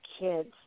Kids